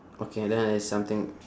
okay then there's something